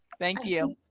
thank you.